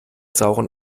sauren